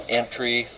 entry